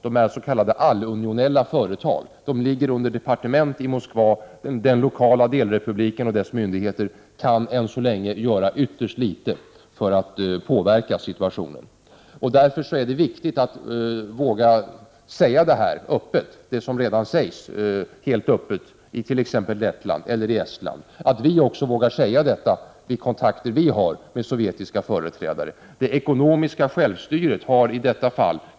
De är s.k. allunionella företag, som lyder under departement i Moskva. Den lokala delrepubliken och dess myndigheter kan ännu så länge göra ytterst litet för att påverka situationen. Därför är det viktigt att också vi vid våra kontakter med sovjetiska företrädare vågar säga öppet det som redan sägs helt öppet i t.ex. Lettland och Lestland.